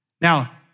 Now